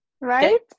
Right